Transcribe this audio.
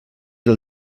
del